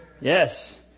Yes